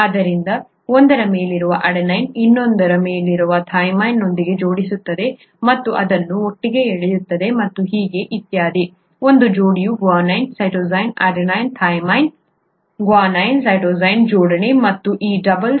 ಆದ್ದರಿಂದ ಒಂದರ ಮೇಲಿರುವ ಅಡೆನಿನ್ ಇನ್ನೊಂದರ ಥೈಮಿನ್ನೊಂದಿಗೆ ಜೋಡಿಸುತ್ತದೆ ಮತ್ತು ಅದನ್ನು ಒಟ್ಟಿಗೆ ಎಳೆಯುತ್ತದೆ ಮತ್ತು ಹೀಗೆ ಇತ್ಯಾದಿ ಒಂದು ಜೋಡಿಯ guanine cytosine adenine thymine guanine cytosine ಜೋಡಣೆ ಮತ್ತು ಈ ಡಬಲ್ ಸ್ಟ್ರಾಂಡ್ಗಳನ್ನು ನೀಡುತ್ತದೆ